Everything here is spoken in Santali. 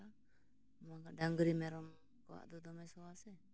ᱵᱟᱝᱠᱷᱟᱱ ᱰᱟᱹᱝᱨᱤ ᱢᱮᱨᱚᱢ ᱠᱚᱣᱟᱜ ᱫᱚ ᱫᱚᱢᱮ ᱥᱚᱣᱟ ᱥᱮ